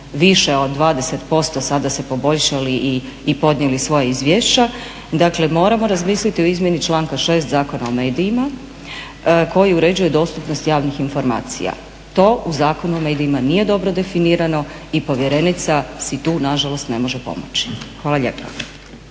više od 20% sada se poboljšali i podnijeli svoja izvješća, dakle moramo razmisliti o izmjeni članka 6. Zakona o medijima koji uređuju dostupnost javnih informacija. To u Zakonu o medijima nije dobro definirano i povjerenica si tu nažalost ne može pomoći. Hvala lijepa.